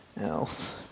else